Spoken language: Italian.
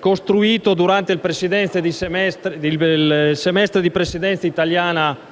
costruito durante il semestre di Presidenza italiana